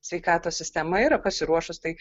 sveikatos sistema yra pasiruošus tai